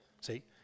See